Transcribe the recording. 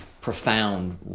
profound